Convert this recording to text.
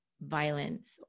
violence